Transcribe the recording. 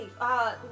uh-